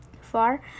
far